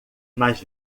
mais